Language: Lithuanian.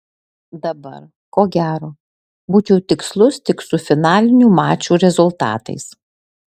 dabar ko gero būčiau tikslus tik su finalinių mačų rezultatais